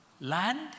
Land